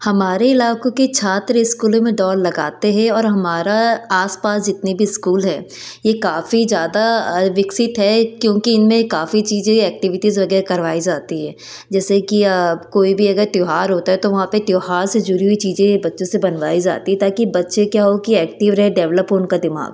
हमारे इलाकों के छात्र स्कूलों में दौड़ लगाते हैं और हमारा आसपास जितने भी स्कूल है ये काफ़ी ज़्यादा विकसित है क्योंकि इनमें काफ़ी चीज़ें एक्टिविटीज़ वगैरह करवाई जाती है जैसे कि आप कोई भी अगर त्योहार होता है तो वहाँ पे त्योहार से जुड़ी हुई चीज़ें बच्चे से बनवाई जाती है ताकि बच्चे क्या हो एक्टिव रहे डेवलप हो उनका दिमाग